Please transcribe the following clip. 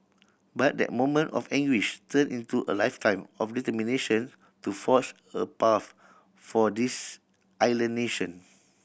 but that moment of anguish turned into a lifetime of determination to forge a path for this island nation